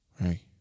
Right